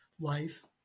Life